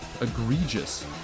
egregious